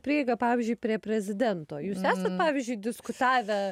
prieigą pavyzdžiui prie prezidento jūs esate pavyzdžiui diskutavę